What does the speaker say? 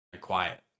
Quiet